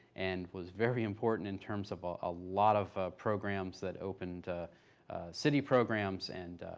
and was very important in terms of but a lot of programs that opened city programs and